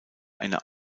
eine